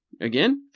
Again